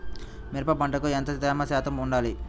మిరప పంటకు ఎంత తేమ శాతం వుండాలి?